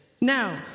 Now